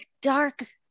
dark